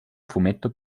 fumetto